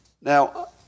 Now